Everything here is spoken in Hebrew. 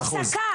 הפסקה.